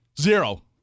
Zero